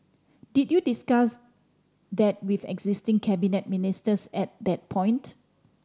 did you discuss that with existing cabinet ministers at that point